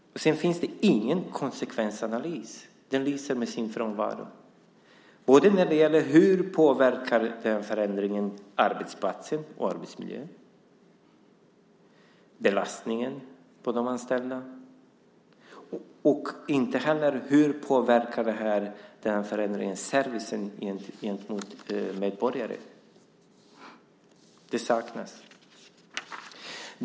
Men det finns ingen konsekvensanalys. En sådan lyser med sin frånvaro när det gäller hur förändringen påverkar arbetsplatsen och arbetsmiljön, när det gäller belastningen på de anställda och när det gäller hur det här påverkar servicen gentemot medborgarna. En sådan analys saknas alltså.